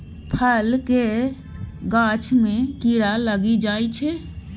फल केर गाछ मे कीड़ा लागि जाइ छै